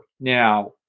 now